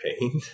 pain